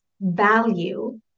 value